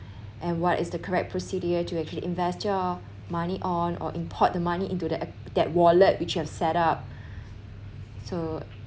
and what is the correct procedure to actually invest your money on or import the money into the that wallet which you have set up so